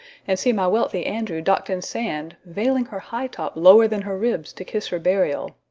and see my wealthy andrew dock'd in sand, vailing her high top lower than her ribs to kiss her burial.